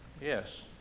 Yes